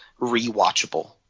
rewatchable